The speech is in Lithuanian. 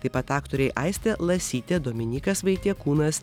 taip pat aktoriai aistė lasytė dominykas vaitiekūnas